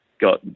got